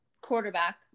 quarterback